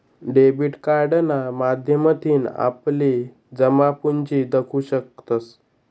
debit कार्डना माध्यमथीन आपली जमापुंजी दखु शकतंस